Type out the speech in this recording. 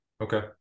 Okay